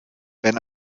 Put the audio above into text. wenn